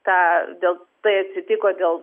tą dėl tai atsitiko dėl